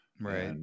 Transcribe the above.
right